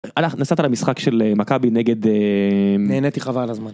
הלכת, נסעת למשחק של מכבי נגד אה... נהניתי חבל הזמן.